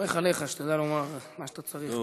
סומך עליך שתדע לומר מה שאתה צריך.